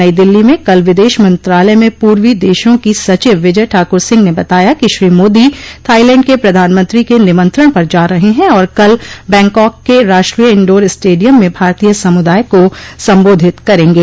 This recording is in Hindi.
नई दिल्ली में कल विदेश मंत्रालय में पूर्वी देशों की सचिव विजय ठाकुर सिंह ने बताया कि श्री मोदी थाइलैंड के प्रधानमंत्री के निमंत्रण पर जा रहे हैं और कल बैंकॉक के राष्ट्रीय इंडोर स्टेडियम में भारतीय समुदाय को संबोधित करेंगे